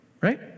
Right